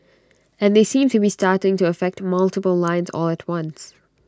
and they seem to be starting to affect multiple lines all at once